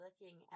looking